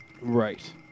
Right